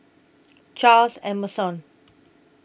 Charles Emmerson